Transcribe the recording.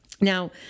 Now